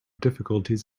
difficulties